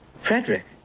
Frederick